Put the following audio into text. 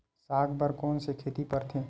साग बर कोन से खेती परथे?